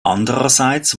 andererseits